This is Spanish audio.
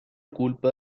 culpa